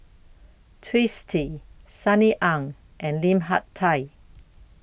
Twisstii Sunny Ang and Lim Hak Tai